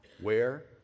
Where